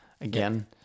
again